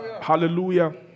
Hallelujah